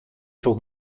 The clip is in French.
pour